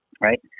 Right